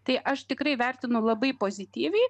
tai aš tikrai vertinu labai pozityviai